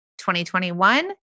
2021